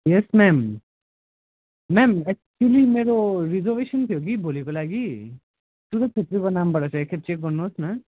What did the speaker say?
यस ma'am ma'am actually मेरो reservation थियो कि भोलिको लागि शुभ छेत्रीको नामबाट एकखेप चेक गर्नुहोस् न